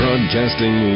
Broadcasting